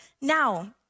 now